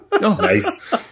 nice